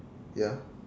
ya